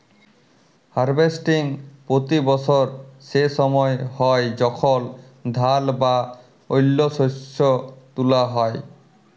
harvesting পতি বসর সে সময় হ্যয় যখল ধাল বা অল্য শস্য তুলা হ্যয়